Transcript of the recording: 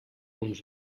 uns